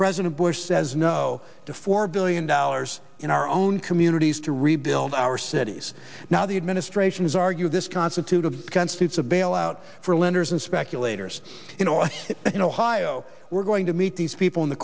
president bush says no to four billion dollars in our own communities to rebuild our cities now the administration is arguing this constituted constitutes a bailout for lenders and speculators in order you know heigho we're going to meet these people in the